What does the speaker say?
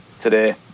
today